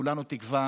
כולנו תקווה